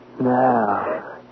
Now